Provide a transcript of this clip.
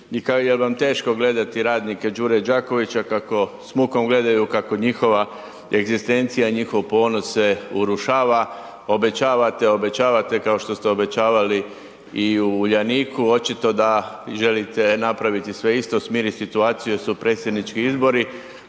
i jel vam teško gledati radnike Đure Đakovića kako s mukom gledaju kako njihova egzistencija i njihov ponos se urušava, obećavate, obećavate kao što ste obećavali i u Uljaniku, očito da želite napraviti sve isto, smiriti situaciju jer su predsjednički izbori,